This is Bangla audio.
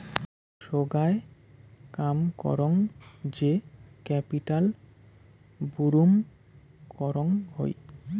সোগায় কাম করং যে ক্যাপিটাল বুরুম করং হই